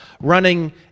running